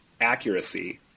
accuracy